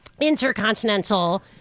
intercontinental